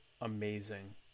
amazing